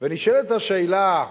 ונשאלת השאלה,